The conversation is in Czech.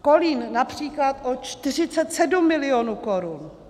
Kolín například o 47 milionů korun.